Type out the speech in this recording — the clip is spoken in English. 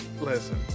Listen